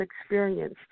experience